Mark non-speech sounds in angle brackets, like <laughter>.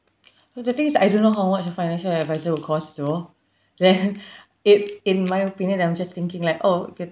no the thing is I don't know how much a financial advisor will cost as well then <laughs> it in my opinion I'm just thinking like oh